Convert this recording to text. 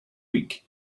week